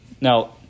now